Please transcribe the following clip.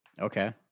Okay